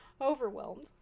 overwhelmed